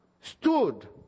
stood